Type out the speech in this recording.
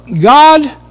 God